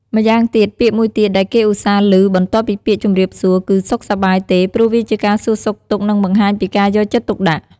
ម៉្យាងទៀត ពាក្យមួយទៀតដែលគេឧស្សាហ៍ឮបន្ទាប់ពីពាក្យ ជំរាបសួរ គឺ "សុខសប្បាយទេ" ព្រោះវាជាការសួរសុខទុក្ខ និងបង្ហាញពីការយកចិត្តទុកដាក់។